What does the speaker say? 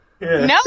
No